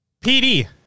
PD